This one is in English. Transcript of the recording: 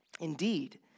Indeed